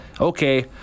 okay